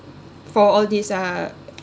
for all these uh